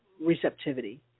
receptivity